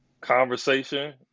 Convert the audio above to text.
conversation